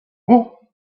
woot